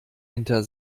hinter